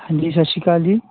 ਹਾਂਜੀ ਸਤਿ ਸ਼੍ਰੀ ਅਕਾਲ ਜੀ